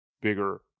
bigger